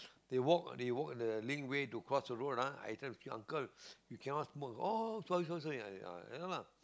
they walk they walk the Linkway to cross the road ah I try to speak uncle you cannot smoke oh sorry sorry sorry ah like that lah